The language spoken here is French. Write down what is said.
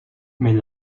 mais